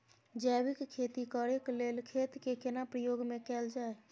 जैविक खेती करेक लैल खेत के केना प्रयोग में कैल जाय?